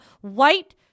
white